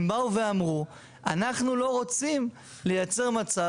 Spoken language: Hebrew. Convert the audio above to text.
הם באו ואמרו אנחנו לא רוצים לייצר מצב